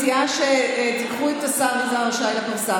אני מציע שתיקחו את השר יזהר שי לפרסה